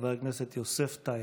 חבר הכנסת יוסף טייב.